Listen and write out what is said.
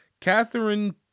Catherine